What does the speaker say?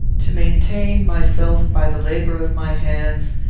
to maintain myself by the labour of my hands,